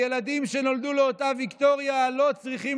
הילדים שנולדו לאותה ויקטוריה לא צריכים